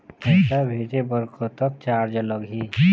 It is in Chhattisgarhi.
पैसा भेजे बर कतक चार्ज लगही?